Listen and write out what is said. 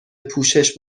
پوشش